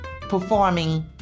Performing